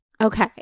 okay